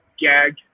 gag